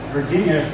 Virginia